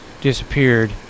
disappeared